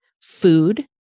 food